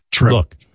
Look